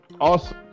Awesome